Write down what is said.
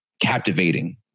captivating